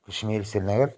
Kashmir Srinagar